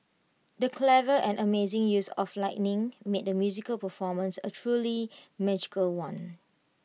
the clever and amazing use of lighting made the musical performance A truly magical one